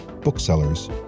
booksellers